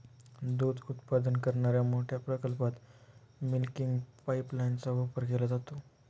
दूध उत्पादन करणाऱ्या मोठ्या प्रकल्पात मिल्किंग पाइपलाइनचा वापर केला जातो